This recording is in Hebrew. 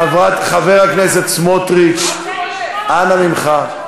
חבר הכנסת סמוטריץ, אנא ממך.